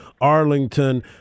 Arlington